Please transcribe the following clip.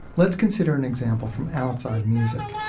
let's consider an example from outside music